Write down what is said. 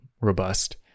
robust